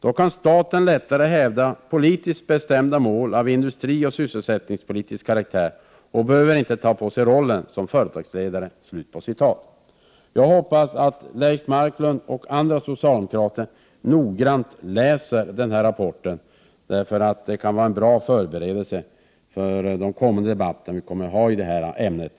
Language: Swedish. Då kan staten lättare hävda politiskt bestämda mål av industrioch sysselsättningspolitisk karaktär och behöver inte ta på sig rollen som företagsledare.” Jag hoppas att Leif Marklund och andra socialdemokrater noggrant läser denna rapport, eftersom det kan vara en bra förberedelse för kommande debatter som vi kommer att ha i detta ämne.